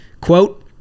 Quote